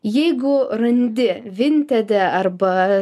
jeigu randi vintede arba